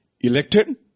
elected